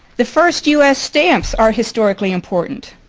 the first u s. stamps are historically important.